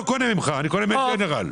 לא אכפת להם בכלל מהמפעל הזה.